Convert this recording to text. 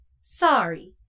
sorry